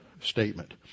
statement